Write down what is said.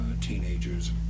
teenagers